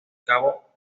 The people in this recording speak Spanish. cabo